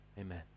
Amen